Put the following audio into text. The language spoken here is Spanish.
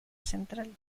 central